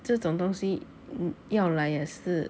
这种东西要来也是